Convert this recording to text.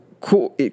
cool